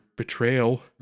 betrayal